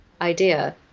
idea